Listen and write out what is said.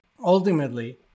ultimately